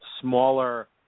smaller